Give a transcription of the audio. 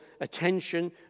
attention